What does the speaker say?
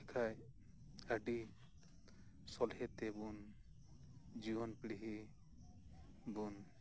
ᱞᱮᱠᱷᱟᱱ ᱟᱹᱰᱤ ᱥᱚᱞᱦᱮ ᱛᱮᱵᱚᱱ ᱡᱤᱭᱚᱱ ᱯᱤᱲᱦᱤ ᱵᱚᱱ